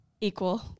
equal